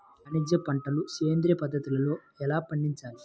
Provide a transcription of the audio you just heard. వాణిజ్య పంటలు సేంద్రియ పద్ధతిలో ఎలా పండించాలి?